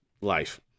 life